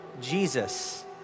Jesus